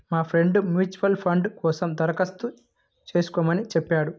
నా friend mutual fund కోసం దరఖాస్తు చేస్కోమని చెప్పాడు